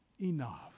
enough